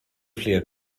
fler